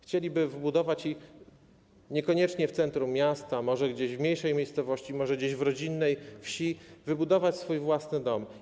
Chcieliby wybudować - niekoniecznie w centrum miasta, może gdzieś w mniejszej miejscowości, może gdzieś w rodzinnej wsi - swój własny dom.